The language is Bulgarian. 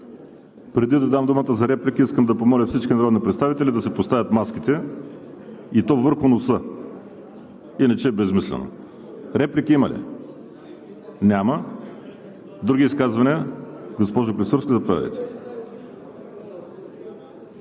Преди да дам думата за реплики, искам да помоля всички народни представители да си поставят маските, и то върху носа, иначе е безсмислено. Реплики има ли? Няма. Други изказвания? Госпожо Клисурска, заповядайте.